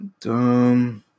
Dumb